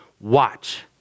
watch